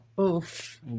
Oof